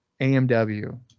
AMW